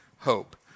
Hope